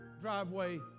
driveway